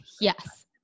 Yes